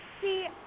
see